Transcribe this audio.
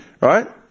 right